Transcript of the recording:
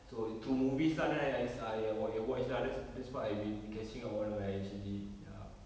so through movies lah then I I I I wa~ I watch lah that's that's what I've been catching up on lah actually ya